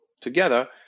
together